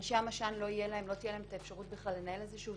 אנשי המשא"ן לא תהיה להם האפשרות לנהל איזשהו